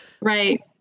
Right